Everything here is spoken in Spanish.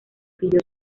pidió